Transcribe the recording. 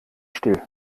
still